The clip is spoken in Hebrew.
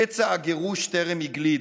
פצע הגירוש טרם הגליד.